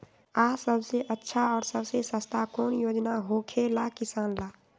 आ सबसे अच्छा और सबसे सस्ता कौन योजना होखेला किसान ला?